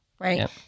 Right